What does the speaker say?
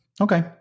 okay